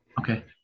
okay